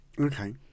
Okay